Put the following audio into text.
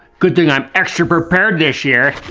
good thing i'm extra prepared this year.